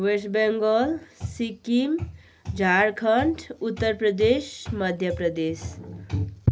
West Bengal Sikkim Jharkhand Uttar Pradesh Madhya Pradesh